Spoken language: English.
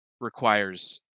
requires